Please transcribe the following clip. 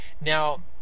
Now